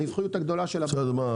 הרווחיות הגדולה של הבנקים --- בסדר,